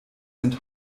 sind